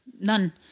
none